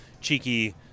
cheeky